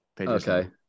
Okay